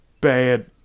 Bad